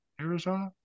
Arizona